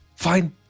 Fine